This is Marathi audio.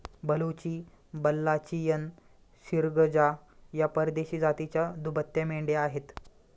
बलुची, बल्लाचियन, सिर्गजा या परदेशी जातीच्या दुभत्या मेंढ्या आहेत